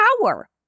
power